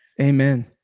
Amen